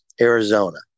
Arizona